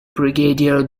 brigadier